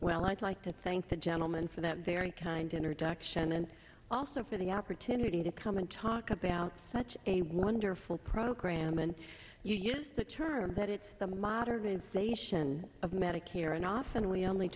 well i'd like to thank the gentleman for that very kind introduction and also for the opportunity to come and talk about such a wonderful program and you use that term but it's the modernization of medicare and often we only